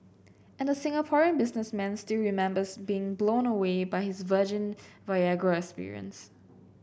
and the Singaporean businessman still remembers being blown away by his virgin Viagra experience